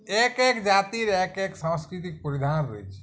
এক এক জাতির এক এক সাংস্কৃতিক পরিধান রয়েছে